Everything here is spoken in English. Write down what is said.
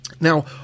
Now